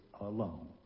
alone